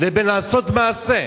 לבין לעשות מעשה.